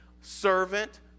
servant